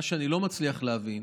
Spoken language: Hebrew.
מה שאני מלא מצליח להבין